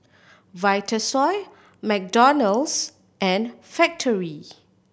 Vitasoy McDonald's and Factorie